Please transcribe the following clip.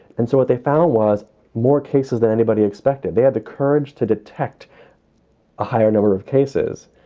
and so what they found was more cases than anybody expected. they had the courage to detect a higher number of cases.